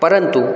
परंतु